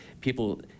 people